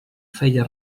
feia